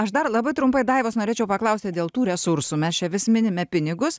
aš dar labai trumpai daivos norėčiau paklausti dėl tų resursų mes čia vis minime pinigus